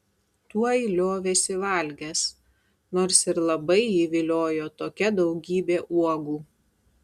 tuoj liovėsi valgęs nors ir labai jį viliojo tokia daugybė uogų